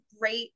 great